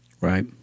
Right